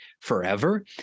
forever